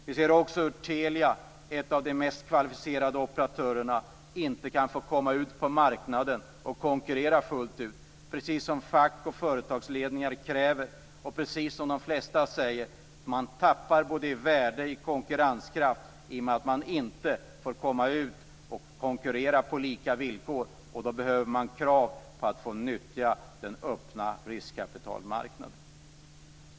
Vi ser också hur Telia, en av de mest kvalificerade operatörerna, inte kan få komma ut på marknaden och konkurrera fullt ut, som fack och företagsledningen kräver. Precis som de flesta säger tappar man både i värde och i konkurrenskraft i och med att man inte får komma ut och konkurrera på lika villkor. Då behöver man ställa krav på att få nyttja den öppna riskkapitalmarknaden.